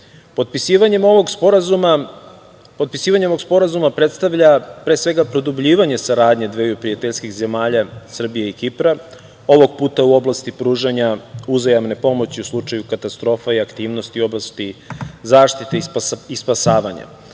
turista. Potpisivanje ovog sporazuma predstavlja pre svega produbljivanje saradnje dveju prijateljskih zemalja Srbije i Kipra, ovog puta u oblasti pružanja uzajamne pomoći u slučaju katastrofa i aktivnosti u oblasti zaštite i spasavanja. Sporazum